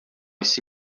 jsi